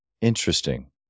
Interesting